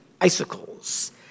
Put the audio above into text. icicles